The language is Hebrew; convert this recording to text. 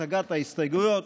הצגת ההסתייגויות,